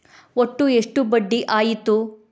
ಒಟ್ಟು ಎಷ್ಟು ಬಡ್ಡಿ ಆಯಿತು?